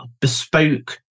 bespoke